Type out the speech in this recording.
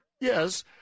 Yes